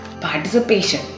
participation